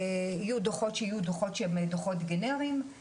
יהיו דוחות שיהיו דוחות שהם דוחות גנריים,